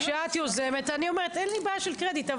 כשאת יוזמת אני אומרת ואין לי בעיה לתת קרדיט.